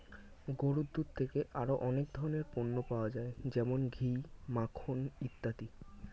গরুর দুধ থেকে আরো অনেক ধরনের পণ্য পাওয়া যায় যেমন ঘি, মাখন ইত্যাদি